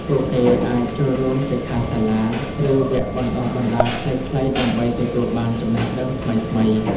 ពួកគេអាចចូលរួមសិក្ខាសាលា ឬវគ្គបណ្ដុះបណ្ដាលខ្លីៗដើម្បីទទួលបានចំណេះដឹងថ្មីៗ។